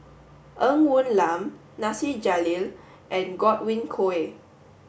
Ng Woon Lam Nasir Jalil and Godwin Koay